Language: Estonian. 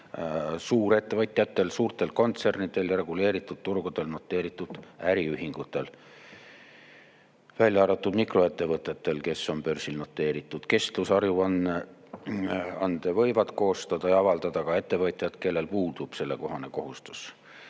suurettevõtjatel, suurtel kontsernidel ja reguleeritud turgudel noteeritud äriühingutel, välja arvatud mikroettevõtted, kes on börsil. Kestlikkusaruande võivad koostada ja avaldada ka ettevõtjad, kellel puudub sellekohane kohustus.